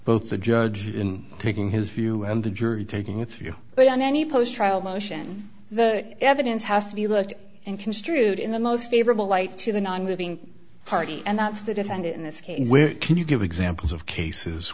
both the judge taking his view and the jury taking its view but on any post trial motion the evidence has to be looked and construed in the most favorable light to the nonmoving party and that's the defendant in this case where can you give examples of cases